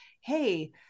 hey